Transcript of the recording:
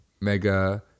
Mega